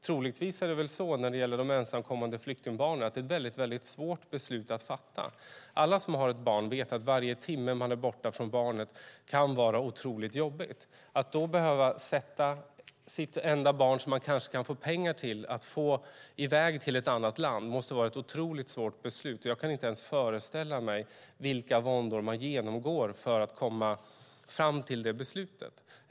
Troligtvis är det ett väldigt svårt beslut att fatta när det gäller de ensamkommande flyktingbarnen. Alla som har ett barn vet att varje timme man är borta från barnet kan vara otroligt jobbig. Att då behöva sätta det enda barn som man kanske har pengar till att få i väg till ett annat land måste vara ett otroligt svårt beslut. Jag kan inte ens föreställa mig vilka våndor man genomgår för att komma fram till det beslutet.